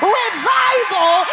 revival